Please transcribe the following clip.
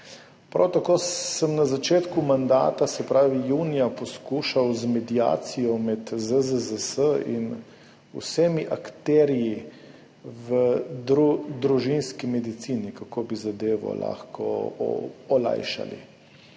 prav tako sem na začetku mandata, se pravi junija, poskušal z mediacijo med ZZZS in vsemi akterji v družinski medicini o tem, kako bi zadevo lahko olajšali.